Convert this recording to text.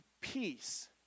peace